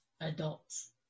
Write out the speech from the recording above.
adults